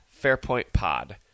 fairpointpod